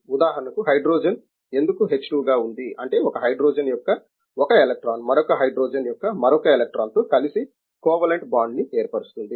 ఉదాహరణకు హైడ్రోజన్ ఎందుకు h2 గా ఉంది అంటే ఒక హైడ్రోజన్ యొక్క ఒక ఎలక్ట్రాన్ మరొక హైడ్రోజన్ యొక్క మరొక ఎలక్ట్రాన్తో కలిసి కోవాలెంట్ బాండ్ న్ని ఏర్పరుస్తుంది